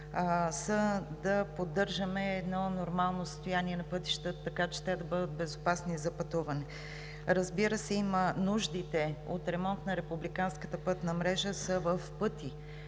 са да поддържаме едно нормално състояние на пътищата, така че те да бъдат безопасни за пътуване. Разбира се, нуждите от ремонт на републиканската пътна